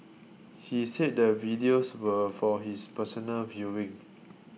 he said the videos were for his personal viewing